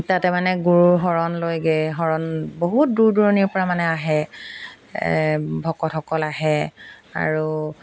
তাতে মানে গুৰুৰ শৰণ লৈগে শৰণ বহুত দূৰ দূৰণিৰ পৰা মানে আহে ভকতসকল আহে আৰু